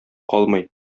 калмый